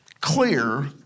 clear